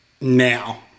now